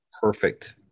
Perfect